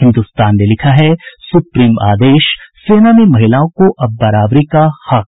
हिन्दुस्तान ने लिखा है सुप्रीम आदेश सेना में महिलाओं को अब बराबरी का हक